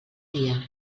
dia